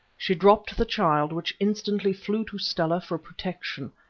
she dropped the child, which instantly flew to stella for protection.